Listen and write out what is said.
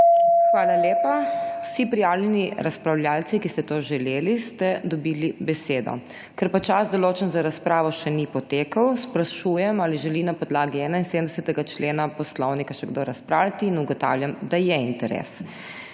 vam. Vsi prijavljeni razpravljavci, ki ste to želeli, ste dobili besedo. Ker čas, določen za razpravo, še ni potekel, sprašujem, ali želi na podlagi 71. člena Poslovnika še kdo razpravljati? Ugotavljam, da interesa